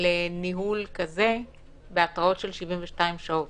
לניהול כזה בהתראות של 72 שעות?